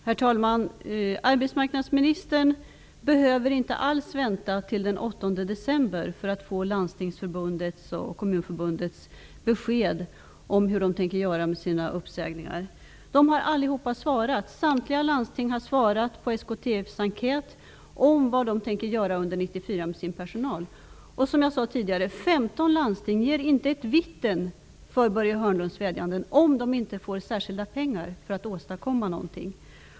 Herr talman! Arbetsmarknadsministern behöver inte alls vänta till den 8 december för att få Landstingsförbundets och Kommunförbundets besked om hur de tänker göra med uppsägningarna. Samtliga landsting har besvarat SKTF:s enkät om vad de tänker göra med sin personal under 1994. Som jag tidigare sade är det 15 landsting som inte ger ett vitten för Börje Hörnlunds vädjanden, om de inte får särskilda pengar för att åstadkomma någonting.